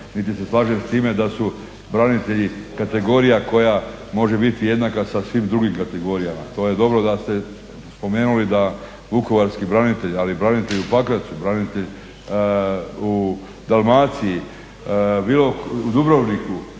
niti se slažem da su branitelji kategorija koja može biti jednaka sa svim drugim kategorijama. To je dobro da ste spomenuli da Vukovarski branitelji, ali branitelji u Pakracu, branitelji u Dalmaciji u Dubrovniku